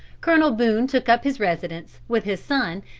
colonel boone took up his residence, with his son,